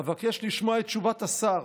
אבקש לשמוע את תשובת השר".